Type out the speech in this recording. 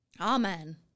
Amen